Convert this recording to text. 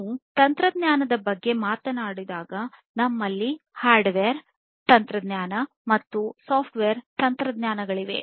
ನಾವು ತಂತ್ರಜ್ಞಾನದ ಬಗ್ಗೆ ಮಾತನಾಡುವಾಗ ನಮ್ಮಲ್ಲಿ ಹಾರ್ಡ್ವೇರ್ ತಂತ್ರಜ್ಞಾನ ಮತ್ತು ಸಾಫ್ಟ್ವೇರ್ ತಂತ್ರಜ್ಞಾನಗಳಿವೆ